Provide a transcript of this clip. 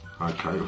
Okay